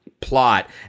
plot